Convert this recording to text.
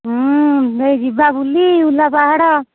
ହଁ ଯିବା ବୁଲି ଉଲା ପାହାଡ଼